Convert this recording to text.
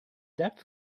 depth